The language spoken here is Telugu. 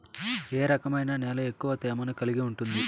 ఏ రకమైన నేల ఎక్కువ తేమను కలిగి ఉంటుంది?